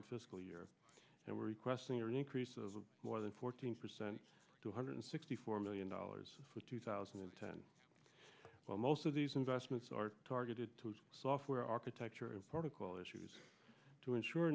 fiscal year and we're requesting an increase of more than fourteen percent two hundred sixty four million dollars for two thousand and ten well most of these investments are targeted towards software architecture and particle issues to ensure